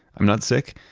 i am not sick,